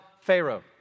Pharaoh